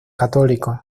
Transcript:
católicos